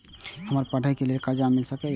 हमरा पढ़े के लेल कर्जा मिल सके छे?